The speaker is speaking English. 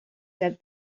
said